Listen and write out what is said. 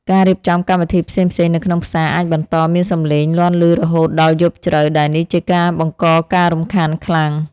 ការរៀបចំកម្មវិធីផ្សេងៗនៅក្នុងផ្សារអាចបន្តមានសំឡេងលាន់ឮរហូតដល់យប់ជ្រៅ ដែលនេះជាការបង្កការរំខានខ្លាំង។